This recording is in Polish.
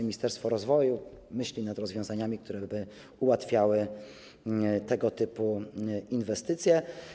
Ministerstwo rozwoju myśli nad rozwiązaniami, które by ułatwiały tego typu inwestycje.